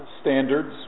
standards